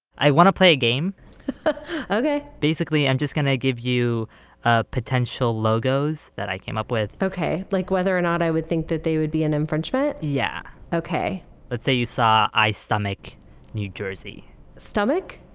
i want to play a game okay basically, i'm just going to give you ah potential logos that i came up with okay. like whether or not i would think that they would be an infringement? yeah okay let's say you saw i stomach new jersey stomach?